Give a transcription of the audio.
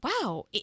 wow